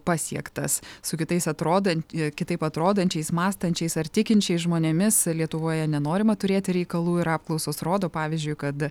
pasiektas su kitais atrodant kitaip atrodančiais mąstančiais ar tikinčiais žmonėmis lietuvoje nenorima turėti reikalų ir apklausos rodo pavyzdžiui kad